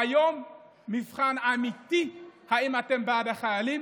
והיום המבחן האמיתי, אם אתם בעד החיילים